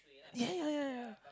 ya ya ya